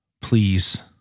please